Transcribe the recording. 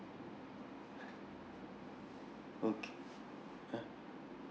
okay uh